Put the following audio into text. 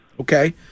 Okay